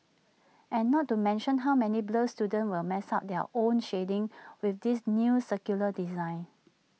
and not to mention how many blur students will mess up their own shading with this new circular design